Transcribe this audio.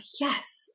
yes